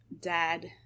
dad